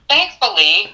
Thankfully